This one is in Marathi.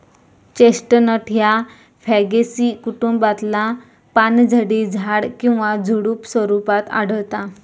चेस्टनट ह्या फॅगेसी कुटुंबातला पानझडी झाड किंवा झुडुप स्वरूपात आढळता